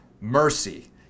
mercy